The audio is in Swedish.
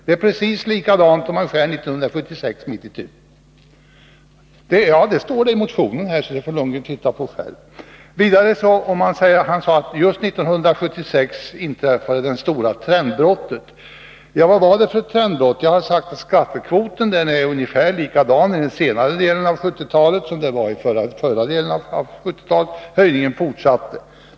Det är precis likadant om man skär 1976 mitt itu. Det står i motionen, så det kan Bo Lundgren titta på själv. Vidare sade han att det stora trendbrottet inträffade 1976. Vad var det för trendbrott? Skattekvoten var ungefär likadan under den senare delen av 1970-talet som under den tidigare. Höjningen fortsatte.